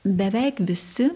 beveik visi